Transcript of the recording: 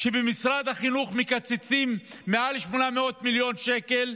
שבמשרד החינוך מקצצים מעל 800 מיליון שקל,